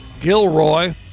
Gilroy